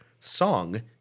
song